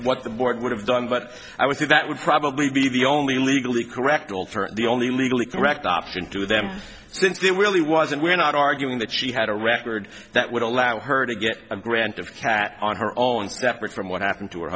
what the board would have done but i would say that would probably be the only legally correct role for the only legally correct option to them since they really wasn't we're not arguing that she had a record that would allow her to get a grant of kat on her own separate from what happened to her